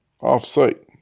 off-site